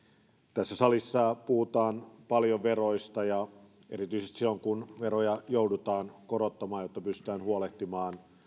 tässä salissa puhutaan paljon veroista erityisesti silloin kun veroja joudutaan korottomaan jotta pystytään huolehtimaan